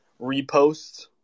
repost